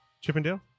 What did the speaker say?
Chippendale